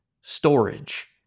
storage